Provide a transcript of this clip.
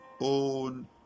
own